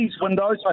windows